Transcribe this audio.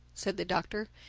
said the doctor.